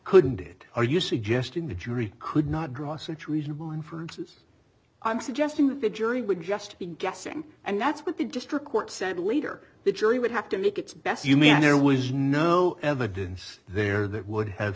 couldn't do it are you suggesting the jury could not draw such reasonable inferences i'm suggesting that the jury would just be guessing and that's what the district court said later the jury would have to make its best you mean there was no evidence there that would have